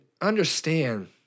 understand